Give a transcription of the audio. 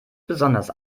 besonders